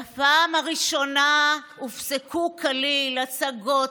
בפעם הראשונה הופסקו כליל הצגות,